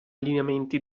lineamenti